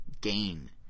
gain